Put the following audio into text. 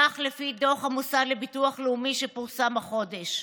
כך לפי דוח המוסד לביטוח לאומי שפורסם החודש.